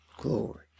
Glory